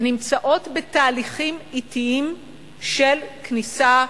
שנמצאות בתהליכים אטיים של כניסה,